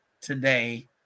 today